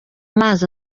mazi